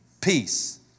Peace